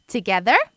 Together